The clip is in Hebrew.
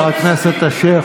חבר הכנסת אשר,